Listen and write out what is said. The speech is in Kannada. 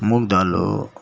ಮೂಂಗ್ ದಾಲು